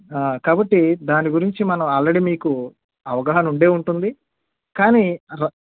ఆ కాబట్టి దాని గురించి మనం ఆల్రడీ మీకు అవగాహన ఉండే ఉంటుంది కానీ ర